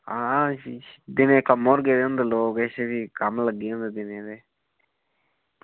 आं दिनें कम्में उप्पर गेदे होंदे लोग किश भी कम्म लग्गे दे होंदे दिनें ते